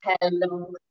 Hello